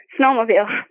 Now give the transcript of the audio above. snowmobile